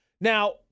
Now